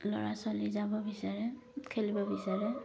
ল'ৰা ছোৱালী যাব বিচাৰে খেলিব বিচাৰে